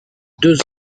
deux